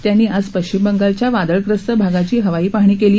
त्यांनी आज पश्चिम बंगालच्या वादळग्रस्त भागाची हवाई पाहणी केली